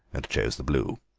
and chose the blue.